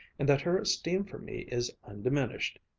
and that her esteem for me is undiminished.